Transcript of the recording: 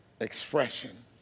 Expression